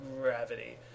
gravity